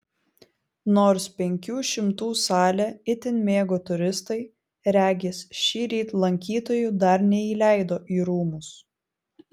nors penkių šimtų salę itin mėgo turistai regis šįryt lankytojų dar neįleido į rūmus